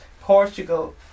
Portugal